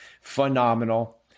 phenomenal